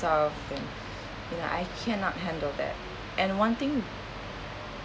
and you know I cannot handle that and one thing